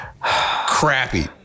Crappy